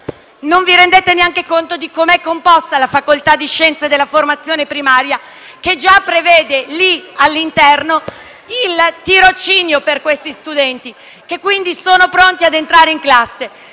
non vi rendete neanche conto di come è composta la facoltà di scienze della formazione primaria, che già prevede al suo interno il tirocinio per questi studenti, i quali sono quindi pronti ad entrare in classe.